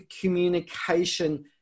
communication